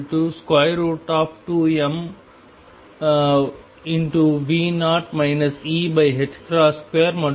α2m2 மற்றும் β2mE2 மற்றும் E0